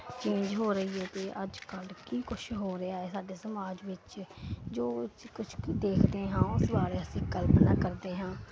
change ਹੋ ਰਹੀ ਹੈ ਤੇ ਅੱਜ ਕੱਲ ਕੀ ਕੁਝ ਹੋ ਰਿਹਾ ਸਾਡੇ ਸਮਾਜ ਵਿੱਚ ਜੋ ਕੁਝ ਦੇਖਦੇ ਹਾਂ ਉਸ ਬਾਰੇ ਅਸੀਂ ਕਲਪਨਾ ਕਰਦੇ ਹਾਂ